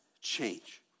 change